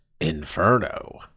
Inferno